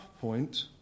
point